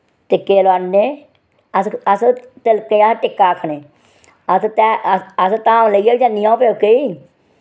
टिक्के लोआन्ने अस अस तिलक दी जगह् टिक्का आखने अस ते अस अस धाम लेइयै बी जन्नी अ'ऊं प्योके ई